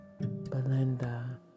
Belinda